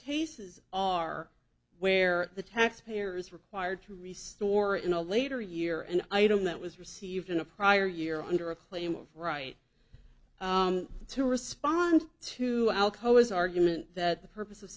cases are where the taxpayer is required to restore in a later year and item that was received in a prior year under a claim of right to respond to alcoa's argument that the purpose of